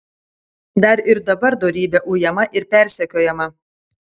dar ir dabar dorybė ujama ir persekiojama